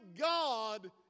God